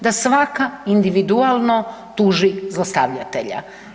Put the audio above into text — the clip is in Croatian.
Da svaka individualno tuži zlostavljatelja.